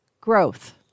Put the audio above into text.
Growth